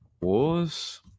Wars